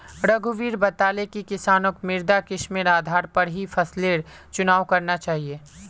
रघुवीर बताले कि किसानक मृदा किस्मेर आधार पर ही फसलेर चुनाव करना चाहिए